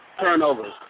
turnovers